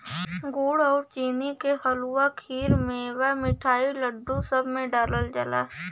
गुड़ आउर चीनी के हलुआ, खीर, मेवा, मिठाई, लड्डू, सब में डालल जाला